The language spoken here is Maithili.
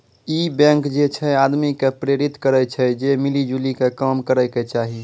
इ बैंक जे छे आदमी के प्रेरित करै छै जे मिली जुली के काम करै के चाहि